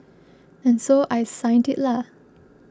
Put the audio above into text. and so I signed it lah